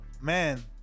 man